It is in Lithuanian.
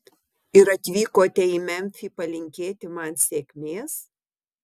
ir atvykote į memfį palinkėti man sėkmės